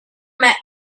met